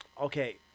Okay